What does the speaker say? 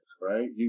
right